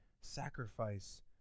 sacrifice